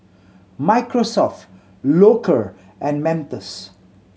Microsoft Loacker and Mentos